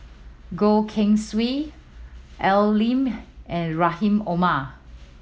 Goh Keng Swee Al Lim and Rahim Omar